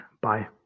Bye